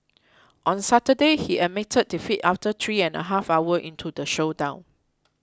on Saturday he admitted defeat after three and a half hour into the showdown